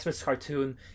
cartoon